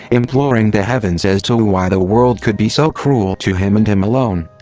imploring the heavens as to why the world could be so cruel to him and him alone.